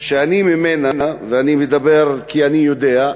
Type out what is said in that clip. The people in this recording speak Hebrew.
שאני בא ממנה, ואני מדבר כי אני יודע,